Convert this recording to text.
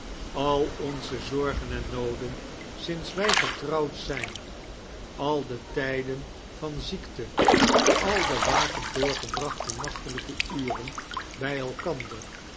al onze zorgen en nooden sinds wij getrouwd zijn al de tijden van ziekte al de wakend doorgebrachte nachtelijke uren bij elkander